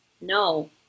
no